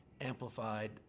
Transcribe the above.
amplified